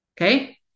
Okay